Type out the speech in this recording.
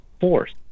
force